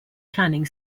planning